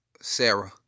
Sarah